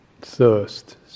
thirst